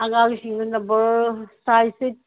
ꯑꯉꯥꯡꯁꯤꯡ ꯅꯝꯕꯔ ꯁꯥꯏꯖꯁꯤ